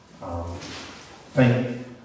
thank